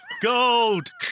gold